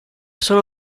sono